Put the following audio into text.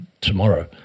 tomorrow